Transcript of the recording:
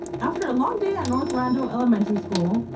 after a long day at north randall elementary school,